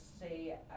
say